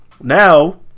Now